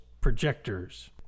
projectors